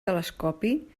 telescopi